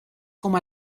como